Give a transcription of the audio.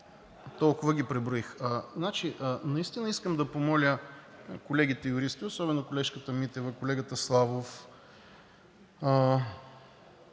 Толкова ги преброих. Наистина искам да помоля колегите юристи – особено колежката Митева, колегата Славов,